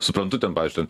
suprantu ten pavyzdžiui ten